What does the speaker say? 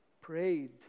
prayed